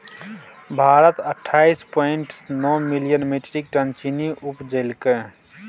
भारत अट्ठाइस पॉइंट नो million metric ton चीन्नी उपजेलकै